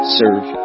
serve